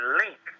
link